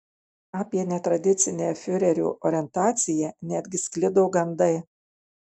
apie netradicinę fiurerio orientaciją netgi sklido gandai